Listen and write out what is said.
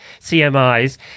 CMIs